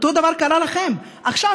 אותו דבר קרה לכם עכשיו,